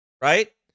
Right